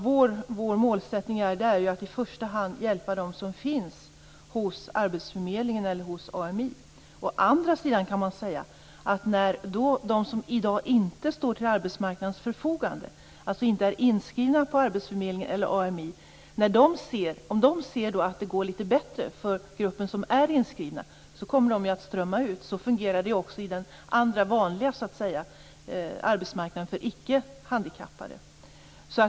Vår målsättning är att i första hand hjälpa dem som finns hos arbetsförmedlingen eller hos AMI. Däremot kan man säga att om de som i dag inte står till arbetsmarknadens förfogande, alltså inte är inskrivna på arbetsförmedlingen eller AMI, ser att det går litet bättre för den grupp som är inskriven kommer de att strömma ut. Så fungerar det också i den vanliga arbetsmarknaden för icke handikappade.